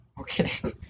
Okay